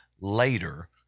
later